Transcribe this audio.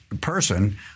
person